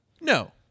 No